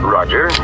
Roger